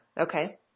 okay